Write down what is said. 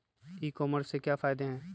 ई commerce के क्या फायदे हैं?